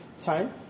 time